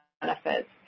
benefits